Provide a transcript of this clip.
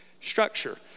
structure